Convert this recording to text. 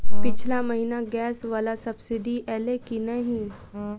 पिछला महीना गैस वला सब्सिडी ऐलई की नहि?